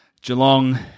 Geelong